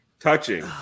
touching